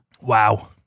Wow